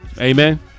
Amen